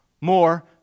More